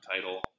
title